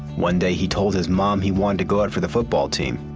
one day he told his mom he wanted to go out for the football team.